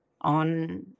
on